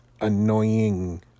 annoying